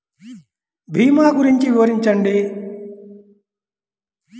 భీమా గురించి వివరించండి?